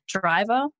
driver